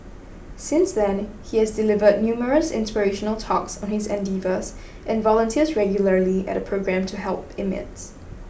since then he has delivered numerous inspirational talks on his endeavours and volunteers regularly at a programme to help inmates